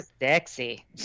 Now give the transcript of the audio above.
sexy